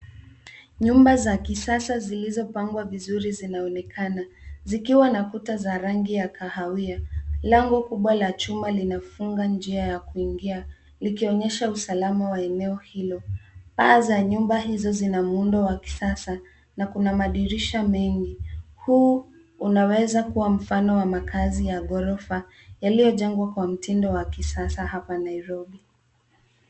Nyumba za kisasa zilizopangwa vizuri zinaonekana, zikiwa na kuta za rangi ya kahawia. Lango kubwa la chuma linafunga njia ya kuingia, likionyesha usalama wa eneo hilo. Paa za nyumba hizo zina muundo wa kisasa na kuna madirisha mengi. Huu unaweza kuwa mfano wa makazi ya ghorofa yaliyojengwa kwa mtindo wa kisasa hapa Nairobi.